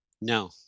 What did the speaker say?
No